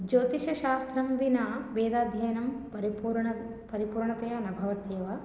ज्योतिषशास्त्रं विना वेदाध्ययनं परिपूर्णः परिपूर्णतया न भवत्येव